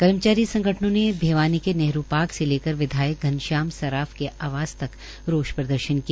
कर्मचारी संगठनों ने भिवानी के नेहरू पार्क से लेकर विधायक धनश्याम सरार्फ के आवास तक रोष प्रदर्शन किया